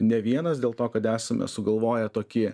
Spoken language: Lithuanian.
ne vienas dėl to kad esame sugalvoję tokį